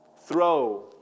Throw